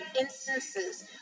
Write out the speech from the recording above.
instances